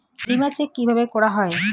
বিমা চেক কিভাবে করা হয়?